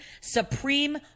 Supreme